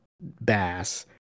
Bass